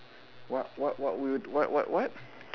what what what will you what what what